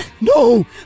No